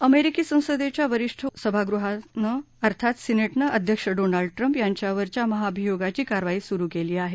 अमिरिकी संसदेच्या वरिष्ठ सभागृहानं अर्थात सिनेटनं अध्यक्ष डोनाल्ड ट्रम्प यांच्यावरच्या महाभियोगाची कारवाई सुरु केली आहे